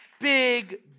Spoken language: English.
big